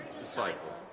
disciple